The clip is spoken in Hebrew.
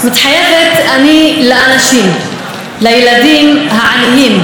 מתחייבת אני לאנשים, לילדים העניים,